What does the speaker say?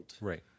Right